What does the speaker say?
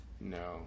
No